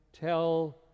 tell